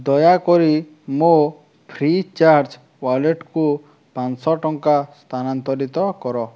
ଦୟାକରି ମୋ free charge ୱାଲେଟ୍କୁ ପାଞ୍ଚଶହ ଟଙ୍କା ସ୍ଥାନାନ୍ତରିତ କର